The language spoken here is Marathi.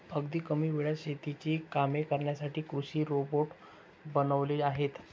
अगदी कमी वेळात शेतीची कामे करण्यासाठी कृषी रोबोट बनवले आहेत